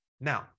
Now